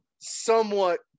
somewhat